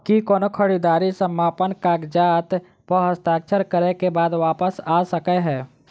की कोनो खरीददारी समापन कागजात प हस्ताक्षर करे केँ बाद वापस आ सकै है?